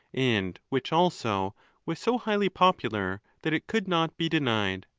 and which also was so highly popular that it could not be denied.